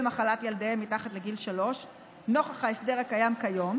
מחלת ילדיהם מתחת לגיל שלוש נוכח ההסדר הקיים כיום,